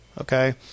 okay